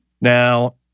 Now—